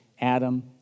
Adam